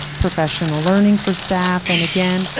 professional learning for staff, and again,